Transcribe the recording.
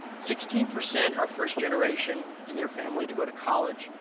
sixteen percent are first generation in their family to go to college.